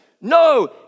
No